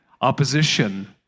opposition